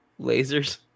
lasers